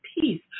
peace